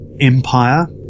Empire